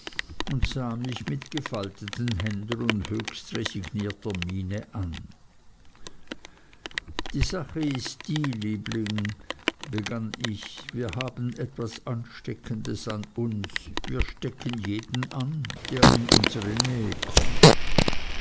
und sah mich mit gefalteten händen und höchst resignierter miene an die sache ist die liebling begann ich wir haben etwas ansteckendes an uns wir stecken jeden an der in unsere nähe kommt